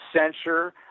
censure